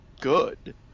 good